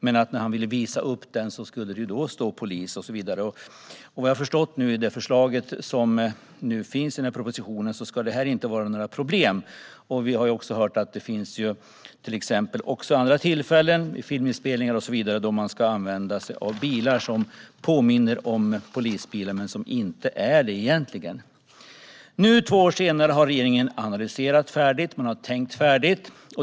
När man sedan vill visa upp bilen kan man ta bort tejpen. Vad jag har förstått av det förslag som nu finns i propositionen ska detta inte vara några problem. Vi har hört att det också finns andra tillfällen, filminspelningar och så vidare, där man använder sig av bilar som påminner om polisbilar men som egentligen inte är det. Nu, två år senare, har regeringen analyserat och tänkt färdigt.